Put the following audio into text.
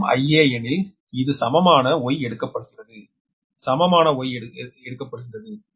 மற்றும் Ia ஏனெனில் இது சமமான Y எடுக்கப்படுகிறது சமமான Y எடுக்கப்படுகிறது